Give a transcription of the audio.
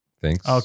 Thanks